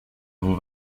vous